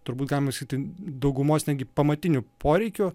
turbūt galima sakyti daugumos netgi pamatinių poreikių